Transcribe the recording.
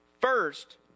First